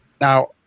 Now